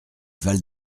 val